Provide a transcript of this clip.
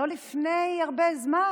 לא לפני הרבה זמן,